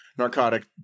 narcotic